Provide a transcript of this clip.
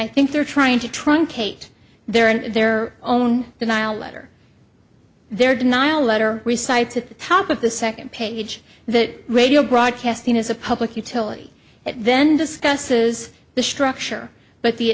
i think they're trying to truncate their in their own denial letter their denial letter recites at the top of the second page that radio broadcasting is a public utility it then discusses the structure but the